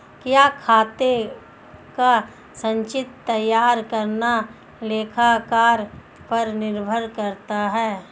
क्या खाते का संचित्र तैयार करना लेखाकार पर निर्भर करता है?